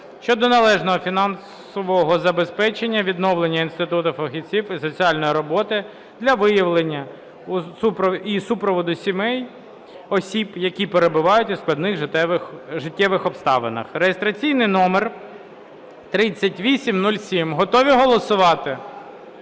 щодо належного фінансового забезпечення відновлення інституту фахівців із соціальної роботи для виявлення і супроводу сімей (осіб), які перебувають у складних життєвих обставинах (реєстраційний номер 3807). Готові голосувати?